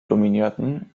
dominierten